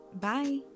Bye